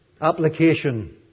application